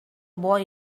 boy